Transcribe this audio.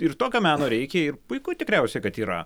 ir tokio meno reikia ir puiku tikriausiai kad yra